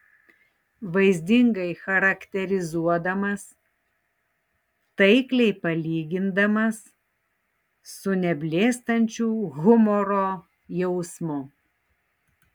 vaizdingai charakterizuodamas taikliai palygindamas su neblėstančiu humoro jausmu